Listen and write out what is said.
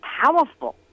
powerful